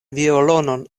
violonon